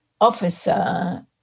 officer